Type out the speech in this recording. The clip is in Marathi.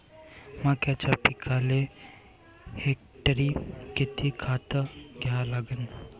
मक्याच्या पिकाले हेक्टरी किती खात द्या लागन?